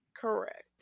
correct